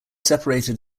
separated